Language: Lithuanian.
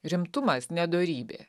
rimtumas ne dorybė